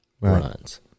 runs